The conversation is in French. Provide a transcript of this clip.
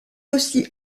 aussi